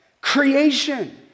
Creation